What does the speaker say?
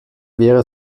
wäre